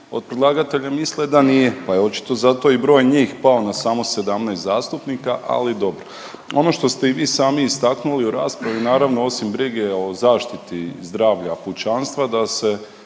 od predlagatelja misle da nije, pa je očito i zato broj njih pao na samo 17 zastupnika, ali dobro. Ono što ste i vi sami istaknuli u raspravi naravno osim brige o zaštiti zdravlja pučanstva da se